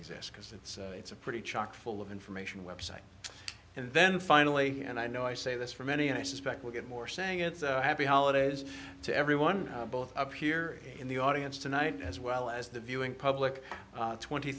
exist because it's it's a pretty chock full of information website and then finally and i know i say this for many i suspect we'll get more saying it's a happy holidays to everyone both up here in the audience tonight as well as the viewing public twenty